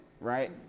right